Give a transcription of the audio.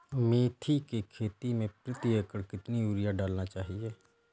मेथी के खेती में प्रति एकड़ कितनी यूरिया डालना चाहिए?